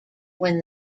when